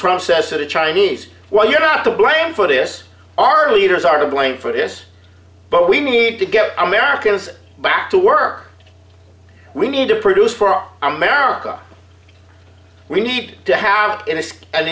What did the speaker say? to the chinese why you're not to blame for this our leaders are to blame for this but we need to get americans back to work we need to produce for our america we need to have in a